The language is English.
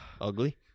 Ugly